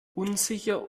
unsicher